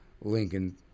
Lincoln